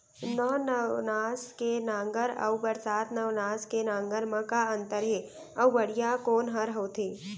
नौ नवनास के नांगर अऊ बरसात नवनास के नांगर मा का अन्तर हे अऊ बढ़िया कोन हर होथे?